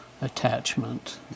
attachment